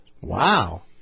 wow